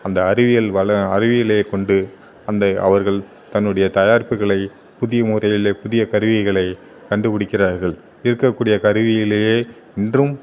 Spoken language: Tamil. அந்த அறிவியல் வள அறிவியலே கொண்டு அந்த அவர்கள் தன்னுடைய தயாரிப்புகளை புதிய முறையிலே புதிய கருவிகளை கண்டுபுடிக்கிறார்கள் இருக்கக்கூடிய கருவியிலயே இன்றும்